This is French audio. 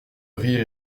rire